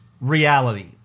reality